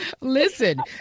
Listen